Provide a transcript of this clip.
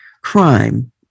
crime